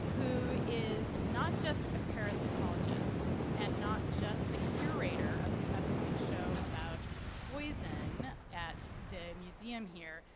who is not just a parasitologist and not just the curator of the upcoming show about poison at the museum here,